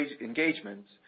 engagements